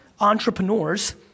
Entrepreneurs